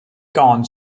gone